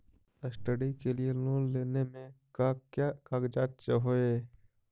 Study के लिये loan लेने मे का क्या कागजात चहोये?